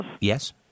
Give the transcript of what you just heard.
Yes